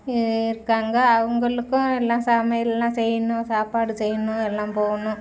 இ இருக்காங்க அவங்களுக்கும் எல்லா சமையலெலாம் செய்யணும் சாப்பாடு செய்யணும் எல்லாம் போகணும்